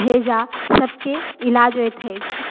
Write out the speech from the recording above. भेजा सबके इलाज होयत अछि